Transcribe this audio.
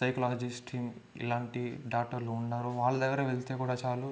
సైకలాజిస్టింగ్ ఇలాంటి డాక్టర్లు ఉన్నారు వాళ్ల దగ్గరికి వెళితే కూడా చాలు